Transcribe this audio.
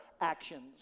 actions